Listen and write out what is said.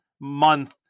month